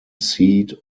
seed